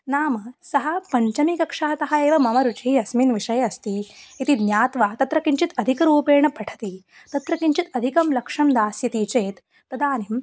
नाम सः पञ्चमीकक्षातः एव मम रुचिः अस्मिन् विषये अस्ति इति ज्ञात्वा तत्र किञ्चित् अधिकरूपेण पठति तत्र किञ्चित् अधिकं लक्ष्यं दास्यति चेत् तदानीं